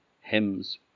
hymns